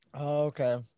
okay